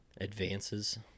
Advances